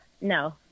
No